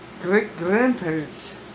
great-grandparents